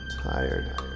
tired